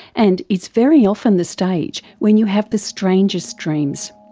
and it's very often the stage when you have the strangest dreams.